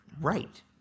right